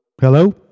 Hello